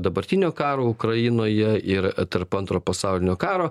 dabartinio karo ukrainoje ir tarp antro pasaulinio karo